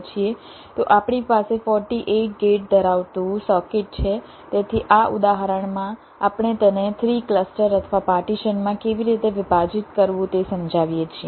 તો આપણી પાસે 48 ગેટ ધરાવતું સર્કિટ છે તેથી આ ઉદાહરણમાં આપણે તેને 3 ક્લસ્ટર અથવા પાર્ટીશનમાં કેવી રીતે વિભાજિત કરવું તે સમજાવીએ છીએ